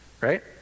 right